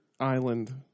island